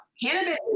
Cannabis